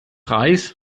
reis